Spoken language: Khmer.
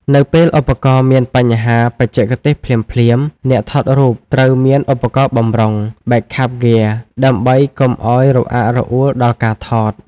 នៅពេលឧបករណ៍មានបញ្ហាបច្ចេកទេសភ្លាមៗ អ្នកថតរូបត្រូវមានឧបករណ៍បម្រុង (Backup Gear) ដើម្បីកុំឱ្យរអាក់រអួលដល់ការថត។